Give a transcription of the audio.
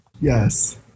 Yes